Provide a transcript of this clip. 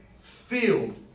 filled